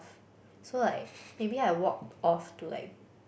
so like maybe I walk off to like